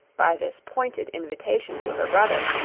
by this pointed invitation to her brother,